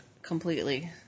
Completely